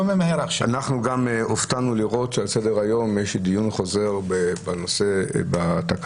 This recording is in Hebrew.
אנחנו גם הופתענו לראות שעל סדר היום יש דיון חוזר בנושא התקנות.